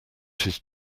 his